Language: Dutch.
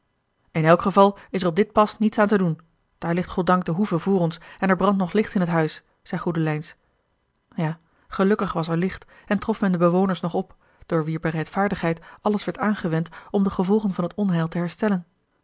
in elk geval is er op dit pas niets aan te doen daar ligt goddank de hoeve voor ons en er brandt nog licht in het huis zeî goedelijns ja gelukkig was er licht en trof men de bewoners nog op door wier bereidvaardigheid alles werd aangewend om de gevolgen van het onheil te herstellen